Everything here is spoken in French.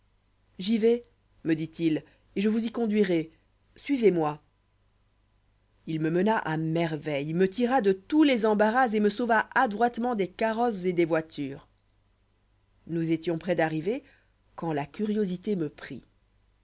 j'y vais me dit-il et je vous y conduirai suivez-moi il me mena à merveille me tira de tous les embarras et me sauva adroitement des carrosses et des voitures nous étions prêts d'arriver quand la curiosité me prit